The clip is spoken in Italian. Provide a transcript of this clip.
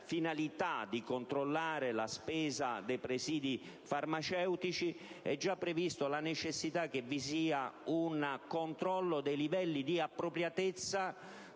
finalità di controllo della spesa dei presidi farmaceutici, è già prevista la necessità di un controllo dei livelli di appropriatezza